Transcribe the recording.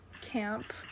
camp